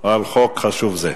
על חוק חשוב זה.